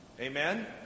Amen